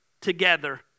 together